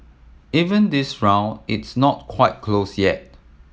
even this round it's not quite close yet